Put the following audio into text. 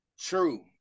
True